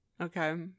Okay